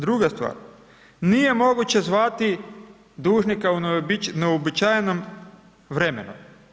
Druga stvar, nije moguće zvati dužnika u neuobičajenom vremenu.